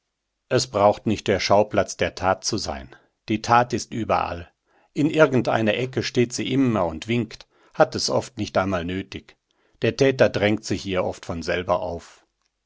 es braucht nicht der schauplatz der tat zu sein die tat ist überall in irgendeiner ecke steht sie immer und winkt hat es oft nicht einmal nötig der täter drängt sich ihr oft von selber auf